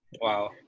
Wow